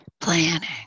planning